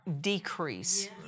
decrease